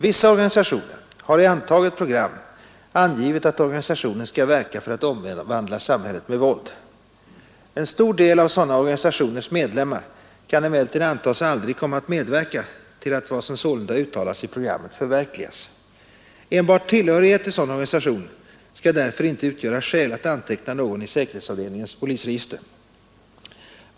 Vissa organisationer har i antaget program angivit att organisationen skall verka för att omvandla samhället med våld. En stor del av sådana organisationers medlemmar kan emellertid antas aldrig komma att medverka till att vad som sålunda uttalats i programmet förverkligas. Enbart tillhörighet till sådan organisation skall därför inte utgöra skäl att anteckna någon i säkerhetsavdelningens polisregister.